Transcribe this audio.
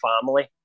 family